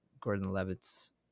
Gordon-Levitt's